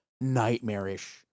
nightmarish